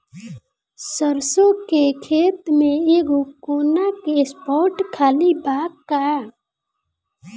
सरसों के खेत में एगो कोना के स्पॉट खाली बा का?